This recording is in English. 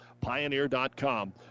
Pioneer.com